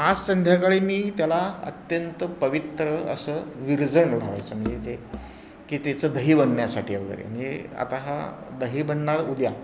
आज संध्याकाळी मी त्याला अत्यंत पवित्र असं विरजण लावायचं म्हणजे जे की तिचं दही बनण्यासाठी वगैरे म्हणजे आता हा दही बनणार उद्या